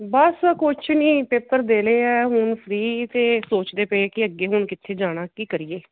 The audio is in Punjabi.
ਬਸ ਕੁਛ ਨਹੀਂ ਪੇਪਰ ਦੇ ਲਏ ਆ ਹੁਣ ਫ੍ਰੀ ਅਤੇ ਸੋਚਦੇ ਪਏ ਕਿ ਅੱਗੇ ਹੁਣ ਕਿੱਥੇ ਜਾਣਾ ਕੀ ਕਰੀਏ